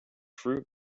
fruit